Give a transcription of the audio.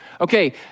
Okay